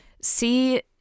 see